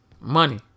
Money